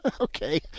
Okay